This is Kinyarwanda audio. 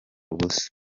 ubusa